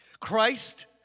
Christ